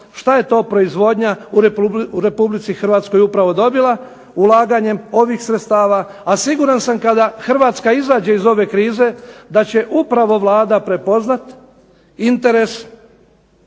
što je to proizvodnja u RH upravo dobila ulaganjem ovih sredstava. A siguran sam kada Hrvatska izađe iz ove krize da će upravo Vlada prepoznat interes